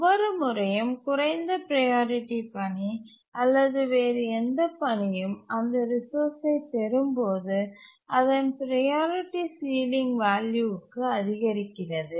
ஒவ்வொரு முறையும் குறைந்த ப்ரையாரிட்டி பணி அல்லது வேறு எந்த பணியும் அந்த ரிசோர்ஸ்ஐ பெறும்போது அதன் ப்ரையாரிட்டி சீலிங் வேல்யூக்கு அதிகரிக்கிறது